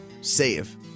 save